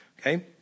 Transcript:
Okay